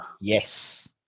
Yes